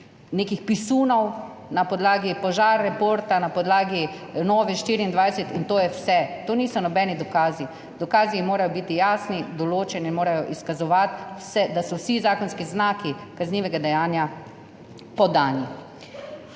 nekih pisunov, na podlagi Požareporta na podlagi Nove24, in to je vse. To niso nobeni dokazi. Dokazi morajo biti jasni, določeni, morajo izkazovati, da so vsi zakonski znaki kaznivega dejanja podani.